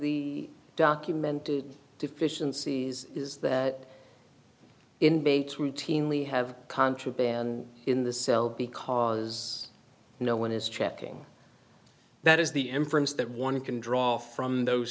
the documented deficiencies is that in bates routinely have contraband in the cell because no one is checking that is the inference that one can draw from those